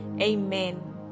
Amen